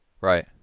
Right